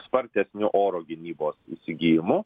spartesniu oro gynybos įsigijimu